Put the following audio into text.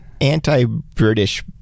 anti-British